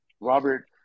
Robert